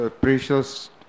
precious